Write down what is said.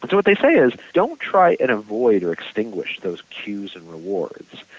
but what they say is don't try and avoid or extinguish those cues and rewards.